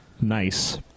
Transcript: Nice